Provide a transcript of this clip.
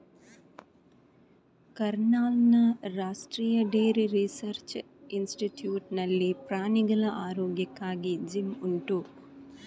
ಕರ್ನಾಲ್ನ ರಾಷ್ಟ್ರೀಯ dairy research institute ನಲ್ಲಿ ಪ್ರಾಣಿಗಳ ಆರೋಗ್ಯಕ್ಕಾಗಿ ಜಿಮ್ ಉಂಟು